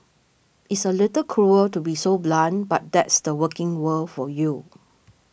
it's a little cruel to be so blunt but that's the working world for you